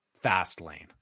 Fastlane